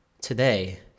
Today